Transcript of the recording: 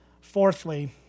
Fourthly